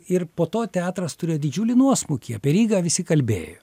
ir po to teatras turėjo didžiulį nuosmukį apie rygą visi kalbėjo